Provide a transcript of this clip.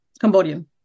Cambodian